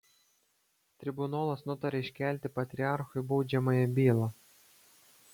tribunolas nutaria iškelti patriarchui baudžiamąją bylą